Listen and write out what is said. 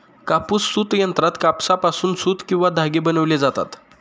कापूस सूत यंत्रात कापसापासून सूत किंवा धागे बनविले जातात